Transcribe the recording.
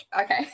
Okay